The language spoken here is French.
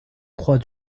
croix